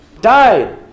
died